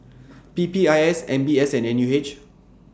P P I S M B S and N U H